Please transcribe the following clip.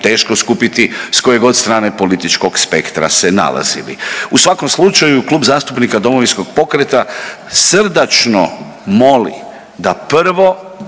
teško skupiti s kojegod strane političkog spektra se nalazili. U svakom slučaju Klub zastupnika Domovinskog pokreta srdačno moli da prvo